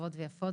טובות ויפות,